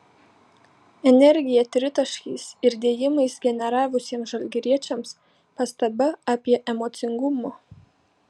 energiją tritaškiais ir dėjimais generavusiems žalgiriečiams pastaba apie emocingumą